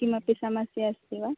किमपि समस्या अस्ति वा